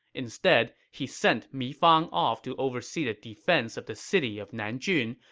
instead, he sent mi fang off to oversee the defense of the city of nanjun,